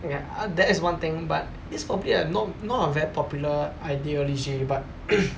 ya that is one thing but it's probably not not a very popular ideology but